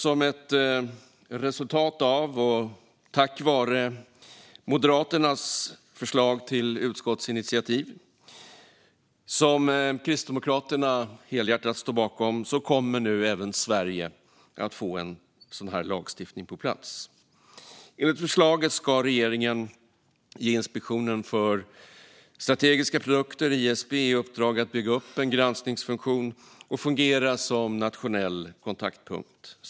Som ett resultat av och tack vare Moderaternas förslag till utskottsinitiativ, som Kristdemokraterna helhjärtat står bakom, kommer nu även Sverige att få en sådan lagstiftning på plats. Enligt förslaget ska regeringen ge Inspektionen för strategiska produkter, ISP, i uppdrag att bygga upp en granskningsfunktion och fungera som nationell kontaktpunkt.